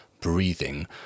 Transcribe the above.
breathing